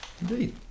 Indeed